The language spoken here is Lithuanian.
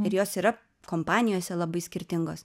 ir jos yra kompanijose labai skirtingos